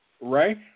Right